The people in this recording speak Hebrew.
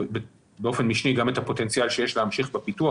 ובאופן משני גם את הפוטנציאל שיש להמשיך בפיתוח,